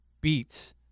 beats